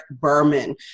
Berman